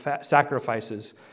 sacrifices